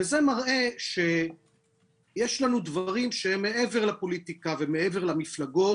זה מראה שיש לנו דברים שהם מעבר לפוליטיקה ומעבר למפלגות